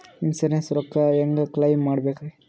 Insurance ರೊಕ್ಕ ಹೆಂಗ claim ಮಾಡ್ಬೇಕ್ರಿ?